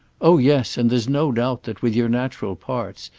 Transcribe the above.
oh yes, and there's no doubt that, with your natural parts,